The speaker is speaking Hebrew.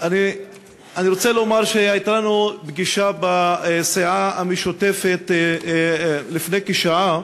אני רוצה לומר שהייתה לנו פגישה בסיעה המשותפת לפני כשעה,